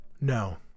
No